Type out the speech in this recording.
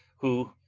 who,